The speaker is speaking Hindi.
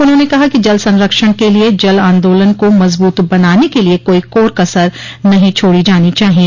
उन्होंने कहा कि जल संरक्षण के लिए जल आंदोलन को मजबूत बनाने के लिए कोई कोर कसर नहीं छोड़ी जानी चाहिए